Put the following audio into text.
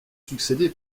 succédé